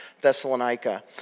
Thessalonica